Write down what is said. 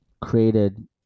created